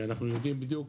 אנחנו יודעים בדיוק